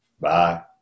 Bye